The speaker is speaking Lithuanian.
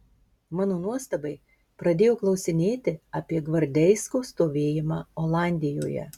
mano nuostabai pradėjo klausinėti apie gvardeisko stovėjimą olandijoje